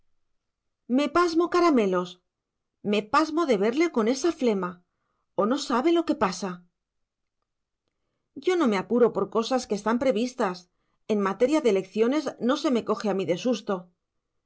me pasmo caramelos me pasmo de verle con esa flema o no sabe lo que pasa yo no me apuro por cosas que están previstas en materia de elecciones no se me coge a mí de susto